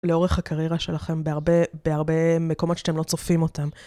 לאורך הקריירה שלכם, בהרבה מקומות שאתם לא צופים אותם.